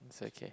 it's okay